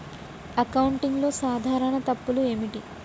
అకౌంటింగ్లో సాధారణ తప్పులు ఏమిటి?